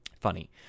funny